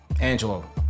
angelo